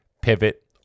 pivot